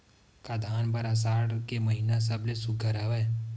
का धान बर आषाढ़ के महिना सबले सुघ्घर हवय?